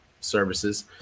services